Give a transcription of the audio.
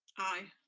aye.